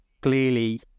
clearly